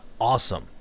awesome